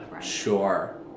Sure